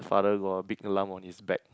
the father got a big lump on his back